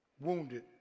wounded